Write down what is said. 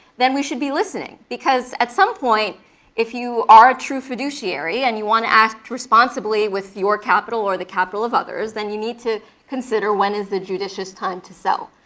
then we should be listening. because at some point if you are a true fiduciary, and you want to act responsibly with your capital or the capital of others, then you need to consider when is the judicious time to sell.